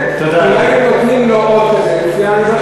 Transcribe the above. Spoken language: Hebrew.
בקיאים בשפה העברית וגם לא באנגלית,